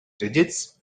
digits